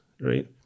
right